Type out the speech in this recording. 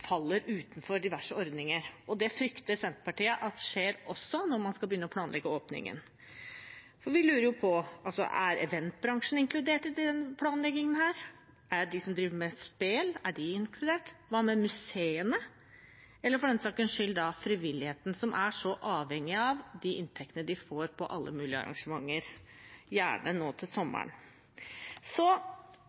faller utenfor diverse ordninger, og det frykter Senterpartiet at skjer også når man skal begynne å planlegge åpningen. Vi lurer på: Er eventbransjen inkludert i denne planleggingen? Er de som driver med spel, inkludert? Hva med museene? Eller hva med frivilligheten, for den saks skyld, som er så avhengig av de inntektene de får på alle mulige arrangementer, gjerne nå til sommeren?